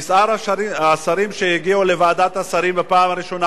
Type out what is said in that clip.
כי שאר השרים שהגיעו לוועדת השרים בפעם הראשונה,